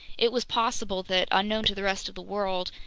it was possible that, unknown to the rest of the world,